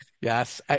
Yes